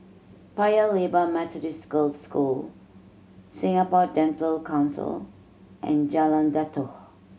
Paya Lebar Methodist Girls' School Singapore Dental Council and Jalan Datoh